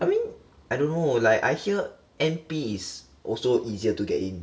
I mean I don't know like I hear N_P is also easier to get in